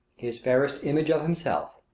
his fairest image of himself.